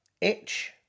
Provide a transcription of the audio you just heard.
Itch